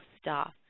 staff